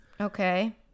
Okay